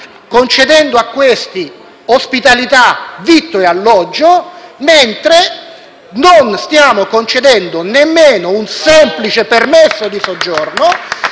concedendo a questi ospitalità, vitto e alloggio, mentre non stiamo concedendo nemmeno un semplice permesso di soggiorno,